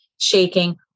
Shaking